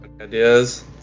ideas